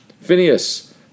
Phineas